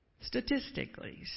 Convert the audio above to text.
statistically